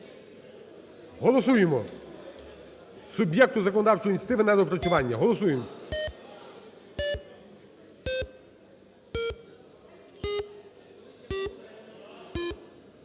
Голосуємо! Суб'єкту законодавчої ініціативи на доопрацювання. Голосуємо!